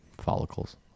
follicles